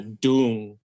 Doom